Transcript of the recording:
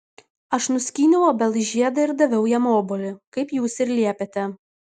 aš nuskyniau obels žiedą ir daviau jam obuolį kaip jūs ir liepėte